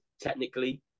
technically